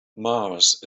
mars